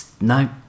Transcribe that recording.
No